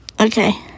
Okay